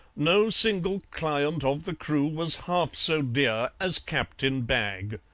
no single client of the crew was half so dear as captain bagg.